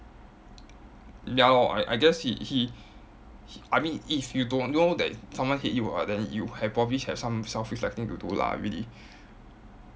ya lor I I guess he he he I mean if you don't know that someone hate you !wah! then you have probably have some self-reflecting to do lah really